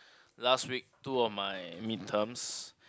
last week two of my mid terms